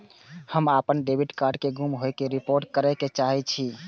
हम अपन debit card के गुम होय के रिपोर्ट करे के चाहि छी